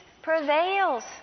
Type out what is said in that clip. prevails